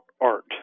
art